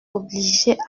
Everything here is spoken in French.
obliger